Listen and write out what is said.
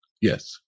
Yes